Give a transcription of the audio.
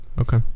okay